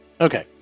Okay